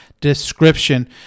description